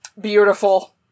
Beautiful